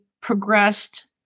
progressed